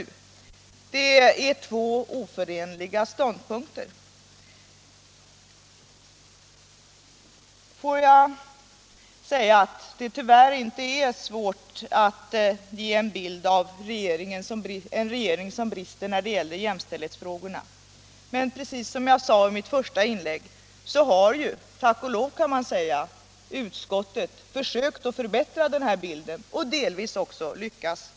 — Det är två oförenliga ståndpunkter. Det är tyvärr inte svårt att ge en bild av en regering som brister när det gäller jämställdhetsfrågor, men precis som jag sade i mitt första inlägg har, tack och lov, utskottet försökt förbättra bilden och delvis också lyckats.